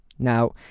Now